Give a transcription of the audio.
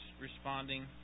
responding